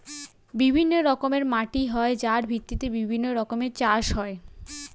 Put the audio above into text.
বিভিন্ন রকমের মাটি হয় যার ভিত্তিতে বিভিন্ন রকমের চাষ হয়